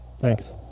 thanks